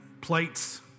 plates